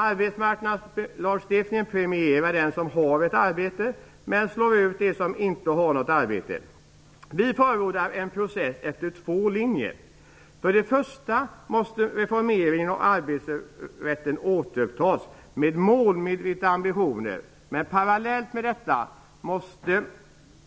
Arbetsmarknadslagstiftningen premierar den som har ett arbete, men slår ut dem som inte har ett arbete. Vi förordar en process efter två linjer. Reformeringen av arbetsrätten måste återupptas med målmedvetna ambitioner. Parallellt med detta måste